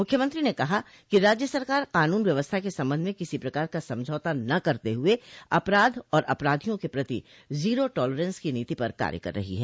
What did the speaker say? मुख्यमंत्री ने कहा कि राज्य सरकार कानून व्यवस्था क संबंध में किसी प्रकार का समझौता न करते हुए अपराध और अपराधियों के प्रति जीरो टॉलरेंस की नीति पर कार्य कर रही है